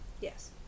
Yes